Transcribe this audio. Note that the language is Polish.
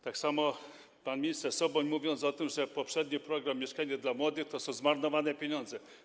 Tak samo robił pan minister Soboń, mówiąc o tym, że poprzedni program „Mieszkanie dla młodych” to są zmarnowane pieniądze.